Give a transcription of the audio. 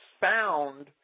found